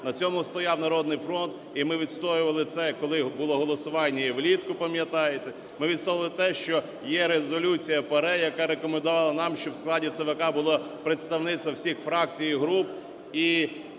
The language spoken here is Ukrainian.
На цьому стояв "Народний фронт", і ми відстоювали це, коли було голосування і влітку, пам'ятаєте. Ми відстоювали те, що є резолюція ПАРЄ, яка рекомендувала нам, щоб в складі ЦВК було представництво всіх фракцій і груп.